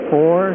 Four